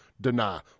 deny